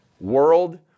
world